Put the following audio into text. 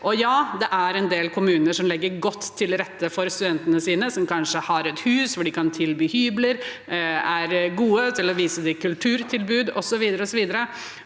ja, det er en del kommuner som legger godt til rette for studentene sine, som kanskje har et hus hvor de kan tilby hybler, og som er gode til å vise dem kulturtilbud, osv.